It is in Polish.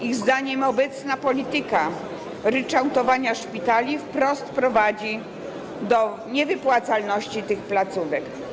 Ich zdaniem obecna polityka ryczałtowania szpitali wprost prowadzi do niewypłacalności tych placówek.